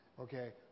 okay